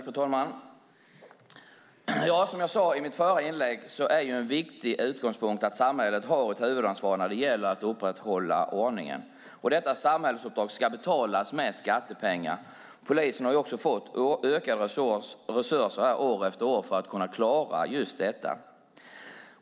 Fru talman! Som jag sade i mitt förra inlägg är en viktig utgångspunkt att samhället har ett huvudansvar när det gäller att upprätthålla ordningen, och detta samhällsuppdrag ska betalas med skattepengar. Polisen har också fått ökade resurser år efter år för att kunna klara just detta.